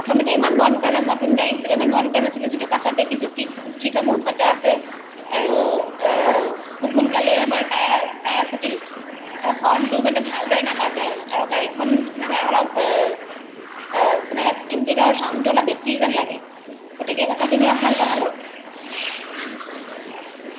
প্ৰথমতে ইমান মন কৰা নাই নতুন গাড়ী হিচাপে ইমান মন কৰা নাছিলোঁ যদিও পাছত দেখিছোঁ ছিটসমূহো ফটা আছে আৰু খুব সোনকালেই আমাৰ টায়াৰ টায়াৰ ফুটিল আৰু হৰ্ণটোও মানে ভালদৰে নাবাজে আৰু গাড়ীখন মানে অলপ মানে ইঞ্জিনৰ ছাউণ্ডটো অলপ বেছি যেন লাগে গতিকে কথাখিনি আপোনাক জনালোঁ